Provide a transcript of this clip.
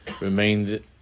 remained